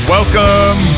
Welcome